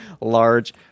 large